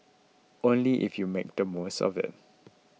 only if you make the most of it